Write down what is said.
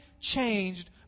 changed